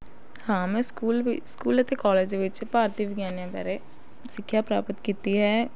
ਹਾਂ ਮੈਂ ਸਕੂਲ ਵਿੱਚ ਸਕੂਲ ਅਤੇ ਕਾਲਜ ਦੇ ਵਿੱਚ ਭਾਰਤੀ ਵਿਗਿਆਨੀਆਂ ਬਾਰੇ ਸਿੱਖਿਆ ਪ੍ਰਾਪਤ ਕੀਤੀ ਹੈ